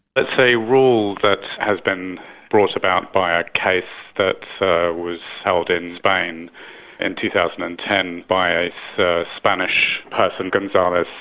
it's a rule that has been brought about by a case that was held in spain in and two thousand and ten by a spanish person, gonzalez,